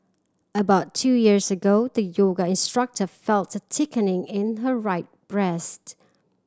about two years ago the yoga instructor felt thickening in her right breast